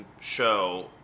show